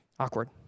Awkward